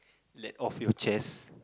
let off your chest